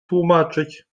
tłumaczyć